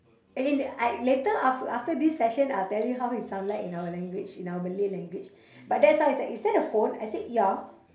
and in the I later af~ after this session I'll tell you how he sound like in our language in our malay language but that's how he's like is that a phone I said ya